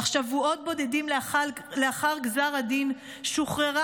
אך שבועות בודדים לאחר גזר הדין שוחררה